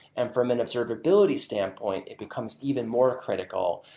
and from an observability standpoint it becomes even more critical,